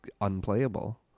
unplayable